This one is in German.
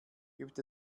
gibt